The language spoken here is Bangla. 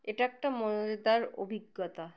এটা একটা অভিজ্ঞতা